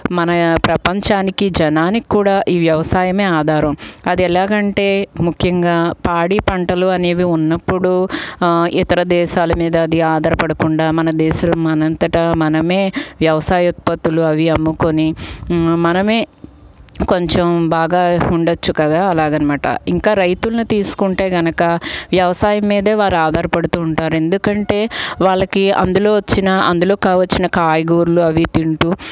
మన ప్రపంచానికి జనానికి కూడా ఈ వ్యవసాయమే ఆధారం అది ఎలాగంటే ముఖ్యంగా పాడిపంటలు అనేవి ఉన్నప్పుడు ఇతర దేశాల మీద అది ఆధారపడకుండా మన దేశం మన అంతటా మనమే వ్యవసాయ ఉత్పత్తులు అవి అమ్ముకొని మనమే కొంచెం బాగా ఉండొచ్చు కదా అలాగన్నమాట ఇంకా రైతుల్ని తీసుకుంటే గనక వ్యవసాయం మీదే వారు ఆధారపడుతుంటారు ఎందుకంటే వాళ్ళకి అందులో వచ్చిన అందులో కావొచ్చున కాయగూరలు అవి తింటూ